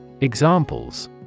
Examples